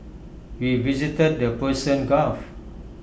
we visited the Persian gulf